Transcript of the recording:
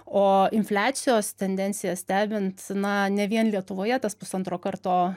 o infliacijos tendencijas stebint na ne vien lietuvoje tas pusantro karto